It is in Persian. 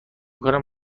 کنم